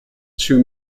two